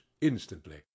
instantly